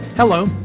Hello